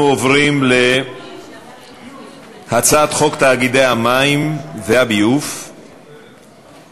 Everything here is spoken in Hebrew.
אנחנו עוברים להצעת חוק תאגידי מים וביוב (תיקון,